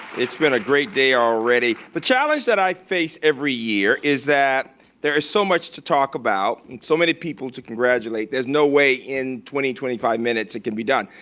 it's been a great day already. the challenge that i face every year is that there is so much to talk about and so many people to congratulate, there's no way in twenty, twenty five minutes it can be done.